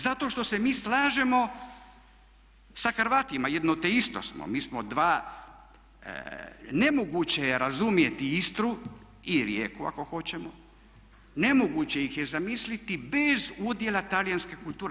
Zato što se mi slažemo sa Hrvatima, jedno te isto smo, mi smo dva, nemoguće je razumjeti Istru i Rijeku ako hoćemo, nemoguće ih je zamisliti bez udjela talijanske kulture.